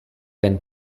than